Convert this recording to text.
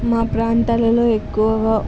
మా ప్రాంతాలలో ఎక్కువగా